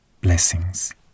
Blessings